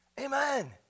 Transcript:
Amen